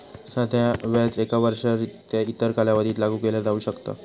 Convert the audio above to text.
साधो व्याज एका वर्षाव्यतिरिक्त इतर कालावधीत लागू केला जाऊ शकता